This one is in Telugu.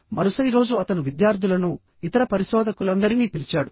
మరుసటి రోజు అతను విద్యార్థులనుఇతర పరిశోధకులందరినీ పిలిచాడు